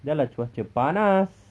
dah lah cuaca panas